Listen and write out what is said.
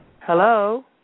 Hello